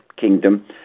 kingdom